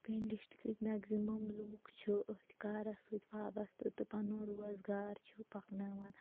شوپین ڈِسٹِرکٕکۍ میٚگزِمم لوٗکھ چھِ أتھۍ کارَس سۭتۍ وابستہٕ تہٕ پَنُن روزگار چھِ پَکناوان